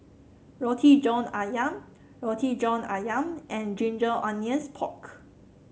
Roti John ayam Roti John ayam and Ginger Onions Pork